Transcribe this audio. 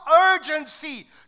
urgency